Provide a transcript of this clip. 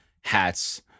hats